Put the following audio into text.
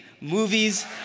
movies